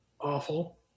awful